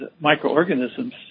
microorganisms